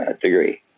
degree